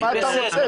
אז מה אתה רוצה?